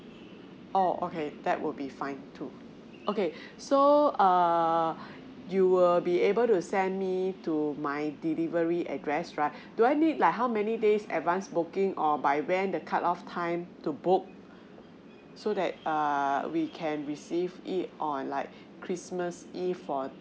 orh okay that would be fine too okay so err you will be able to send me to my delivery address right do I need like how many days advance booking or by when the cut off time to book so that err we can receive it on like christmas eve for